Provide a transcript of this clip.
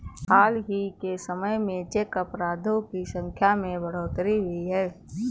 हाल ही के समय में चेक अपराधों की संख्या में बढ़ोतरी हुई है